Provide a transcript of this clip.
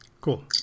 Cool